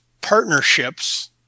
partnerships